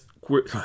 quick